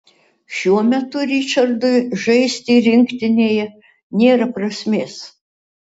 šiuo metu ričardui žaisti rinktinėje nėra prasmės